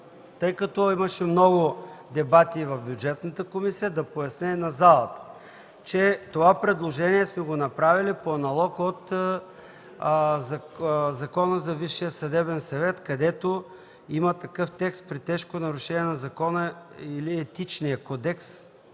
Тъй като имаше много дебати в Бюджетната комисия да поясня и на залата, че това предложение сме го направили по аналог от Закона за Висшия съдебен съвет, където има такъв текст – „при тежко нарушение на закона или Етичният кодекс”,